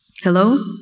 Hello